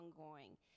ongoing